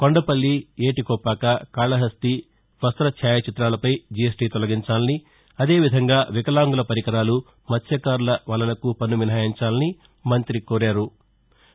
కొండపల్లి ఏటికొప్పాక కాళహస్తి వస్త ఛాయాచిత్రాలపై జీఎస్టీ తొలగించాలనిఅదేవిధంగా వికలాంగుల పరికరాలు మత్స్టకారుల వలలకు పన్ను మినహాయించాలని మంతి కోరారు